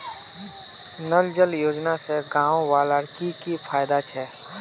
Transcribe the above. नल जल योजना से गाँव वालार की की फायदा छे?